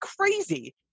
crazy